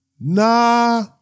Nah